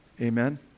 amen